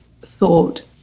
thought